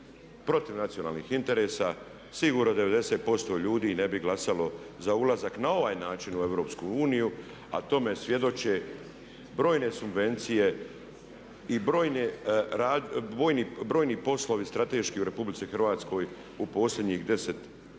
protiv nacionalnih interesa sigurno 90% ljudi ne bi glasalo za ulazak na ovaj način u EU, a tome svjedoče brojne subvencije i brojni poslovi strateški u RH u posljednjih 10,